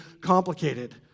complicated